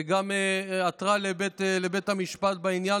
וגם עתרה לבית המשפט בעניין,